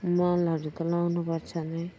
मलहरू त लाउनु पर्छ नै